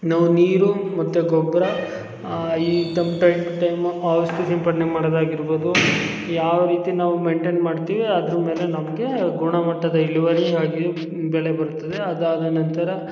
ನಾವು ನೀರು ಮತ್ತು ಗೊಬ್ಬರ ಈ ಟೈಮು ಔಷಧಿ ಸಿಂಪಡನೆ ಮಾಡೋದಾಗಿರ್ಬೋದು ಯಾವ ರೀತಿ ನಾವು ಮೈಂಟೇನ್ ಮಾಡ್ತೀವಿ ಅದ್ರ ಮೇಲೆ ನಮಗೆ ಗುಣಮಟ್ಟದ ಇಳುವರಿಯಾಗಿ ಬೆಳೆ ಬರ್ತದೆ ಅದಾದ ನಂತರ